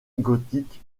gothique